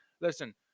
listen